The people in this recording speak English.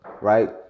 Right